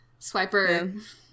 Swiper